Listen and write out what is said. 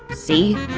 see?